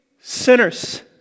sinners